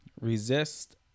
Resist